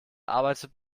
arbeitet